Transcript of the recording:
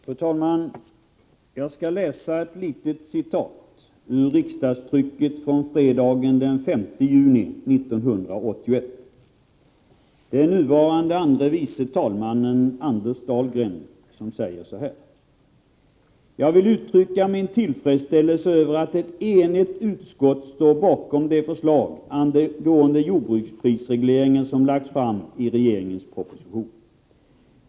Fru talman! Jag skall läsa ett litet citat ur riksdagsprotokollet från fredagen den 5 juni 1981. Den nuvarande andre vice talmannen Anders Dahlgren sade så här: ”Jag vill uttrycka min tillfredsställelse över att ett enigt jordbruksutskott står bakom det förslag angående jordbruksprisregleringen som har lagts fram i regeringens proposition.